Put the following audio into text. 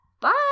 bye